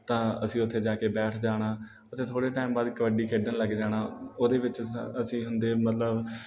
ਤਾਂ ਅਸੀਂ ਉੱਥੇ ਜਾ ਕੇ ਬੈਠ ਜਾਣਾ ਅਤੇ ਥੋੜ੍ਹੇ ਟਾਇਮ ਬਾਅਦ ਕਬੱਡੀ ਖੇਡਣ ਲੱਗ ਜਾਣਾ ਉਹਦੇ ਵਿੱਚ ਅਸ ਅਸੀਂ ਹੁੰਦੇ ਮਤਲਬ